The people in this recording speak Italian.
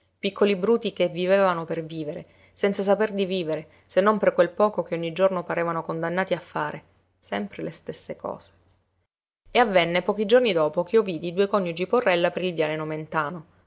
piccoli bruti che vivevano per vivere senza saper di vivere se non per quel poco che ogni giorno parevano condannati a fare sempre le stesse cose e avvenne pochi giorni dopo ch'io vidi i due coniugi porrella per il viale nomentano